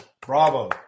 Bravo